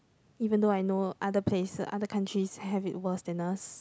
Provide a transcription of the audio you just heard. even though I know other place other countries have it worse than us